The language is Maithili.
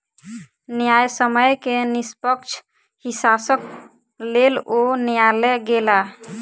न्यायसम्य के निष्पक्ष हिस्साक लेल ओ न्यायलय गेला